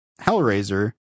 Hellraiser